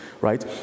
right